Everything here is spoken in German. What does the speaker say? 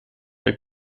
der